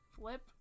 flip